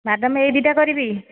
madam ଏଇ ଦୁଇଟା କରିବି